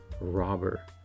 robber